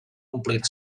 omplir